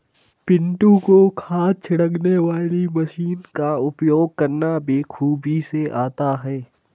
पिंटू को खाद छिड़कने वाली मशीन का उपयोग करना बेखूबी से आता है